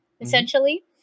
essentially